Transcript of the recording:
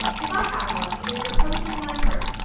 if i have one, it is reposing in my purse,